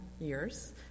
years